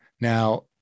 Now